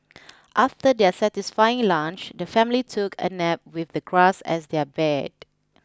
after their satisfying lunch the family took a nap with the grass as their bed